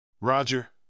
Roger